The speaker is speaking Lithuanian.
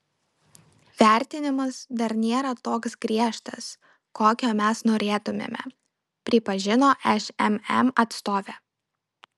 vertinimas dar nėra toks griežtas kokio mes norėtumėme pripažino šmm atstovė